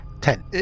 Ten